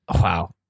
Wow